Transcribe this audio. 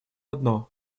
одно